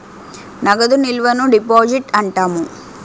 నగదు నిల్వను డిపాజిట్ అంటాము